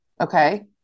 Okay